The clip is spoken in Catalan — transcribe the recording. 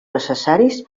necessaris